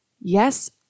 Yes